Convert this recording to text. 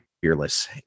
fearless